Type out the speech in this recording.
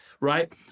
right